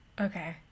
Okay